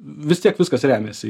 vis tiek viskas remiasi